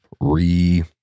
re